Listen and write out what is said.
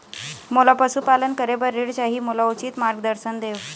मोला पशुपालन करे बर ऋण चाही, मोला उचित मार्गदर्शन देव?